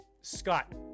Scott